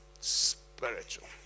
Spiritual